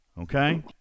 Okay